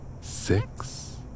six